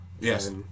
Yes